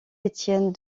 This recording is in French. étienne